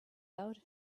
out